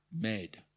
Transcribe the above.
made